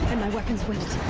my weapons with